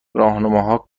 راهنماها